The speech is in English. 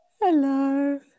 Hello